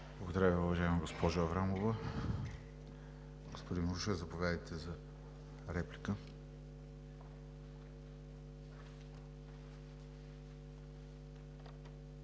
Благодаря Ви, уважаема госпожо Аврамова. Господин Милушев, заповядайте за реплика.